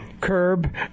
curb